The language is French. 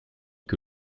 que